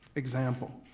example,